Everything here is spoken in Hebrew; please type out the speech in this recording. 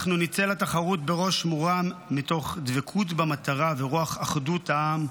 אנחנו נצא לתחרות בראש מורם מתוך דבקות במטרה ורוח אחדות העם,